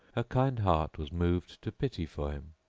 her kind heart was moved to pity for him,